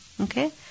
Okay